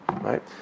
right